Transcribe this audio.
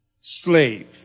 Slave